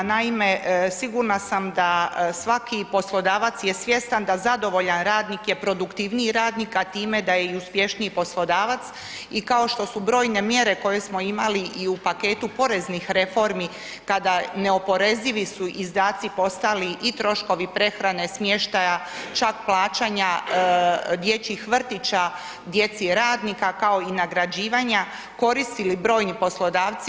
Naime, sigurna sam da svaki poslodavac je svjestan da zadovoljan radnik je produktivniji radnik, a time da je uspješniji poslodavac i kao što su brojne mjere koje smo imali i u paketu poreznih reformi kada neoporezivi su izdaci postali i troškovi prehrane, smještaja čak plaćanja dječjih vrtića djeci radnika kao i nagrađivanja koristili brojni poslodavci.